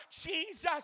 Jesus